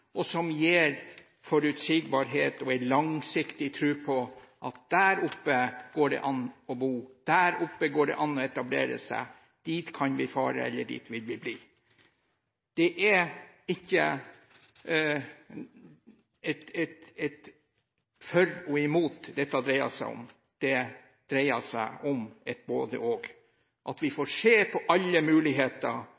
forutsigbarhet og en langsiktig tro på at der oppe går det an å bo og å etablere seg – dit kan vi fare, eller der vil vi bli. Det er ikke et for og imot dette dreier seg om, dette dreier seg om et både–og, at vi får se på alle muligheter for at også den nordlige landsdelen skal gis flere bein å stå på. Vi